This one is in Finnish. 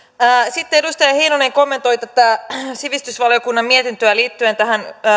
sitten edustaja heinonen kommentoi tätä sivistysvaliokunnan mietintöä liittyen tähän